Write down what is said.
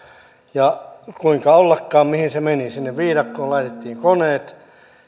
ja kuinka ollakaan mihin se meni sinne viidakkoon laitettiin koneet